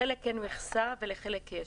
לחלק אין מכסה ולחלק יש.